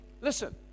Listen